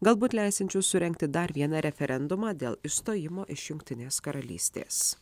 galbūt leisiančius surengti dar vieną referendumą dėl išstojimo iš jungtinės karalystės